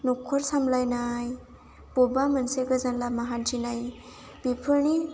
न'खर सामलायनाय बबेबा मोनसे गोजान लामा हान्थिनाय बेफोरनि